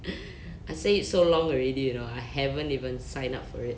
I say it so long already you know I haven't even sign up for it